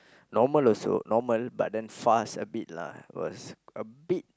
normal also normal but then fast a bit lah was a bit